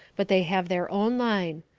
but they have their own line.